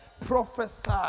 Prophesy